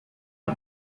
the